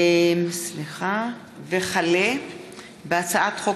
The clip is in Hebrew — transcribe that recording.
החל בהצעת חוק פ/5759/20 וכלה בהצעת חוק